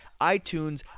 iTunes